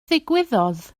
ddigwyddodd